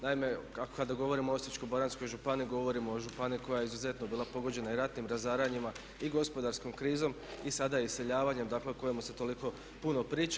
Naime, kada govorimo o Osječko-baranjskoj županiji govorimo o županiji koja je izuzetno bila pogođena i ratnim razaranjima i gospodarskom krizom i sada iseljavanjem dakle o kojemu se toliko puno priča.